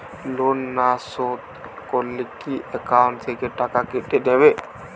Loan না শোধ করলে কি একাউন্ট থেকে টাকা কেটে নেবে?